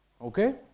okay